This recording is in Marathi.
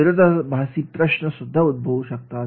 विरोधाभासी प्रश्न सुद्धा उद्भवू शकतात